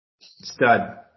Stud